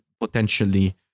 potentially